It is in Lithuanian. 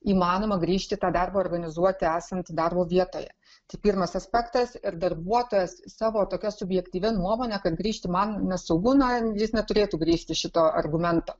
įmanoma grįžti ir tą darbą organizuoti esant darbo vietoje tai pirmas aspektas ir darbuotojas savo tokia subjektyvia nuomone kad grįžti man nesaugu na jis neturėtų grįsti šito argumento